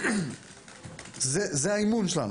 זה האימון שלנו.